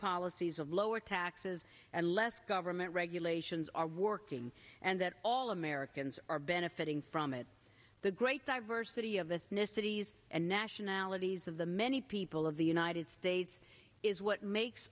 policies of lower taxes and less government regulations are working and that all americans are benefiting from it the great diversity of ethnicities and nationalities of the many people of the united states is what makes